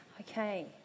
Okay